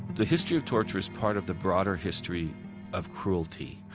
the history of torture is part of the broader history of cruelty.